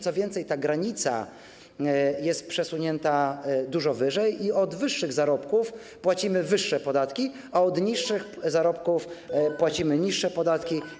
Co więcej, ta granica jest przesunięta dużo wyżej i od wyższych zarobków płacimy wyższe podatki, a od niższych zarobków płacimy niższe podatki.